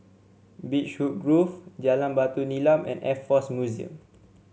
Beechwood Grove Jalan Batu Nilam and Air Force Museum